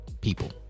People